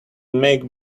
make